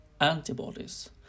antibodies